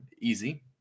Easy